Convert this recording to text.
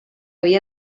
havia